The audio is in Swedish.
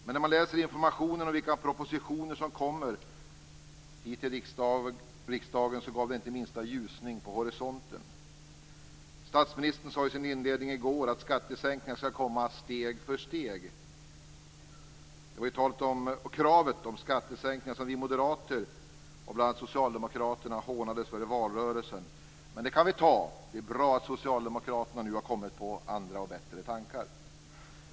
Men om man läser informationen om vilka propositioner som kommer hit till riksdagen så ser man inte minsta ljusning vid horisonten. Statsministern sade i sin inledning i går att skattesänkningar skall komma steg för steg. Det var ju för kravet på skattesänkningar som vi moderater av bl.a. socialdemokraterna hånades i valrörelsen. Det kan vi dock ta. Det är bra att socialdemokraterna nu har kommit på andra och bättre tankar.